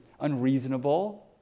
unreasonable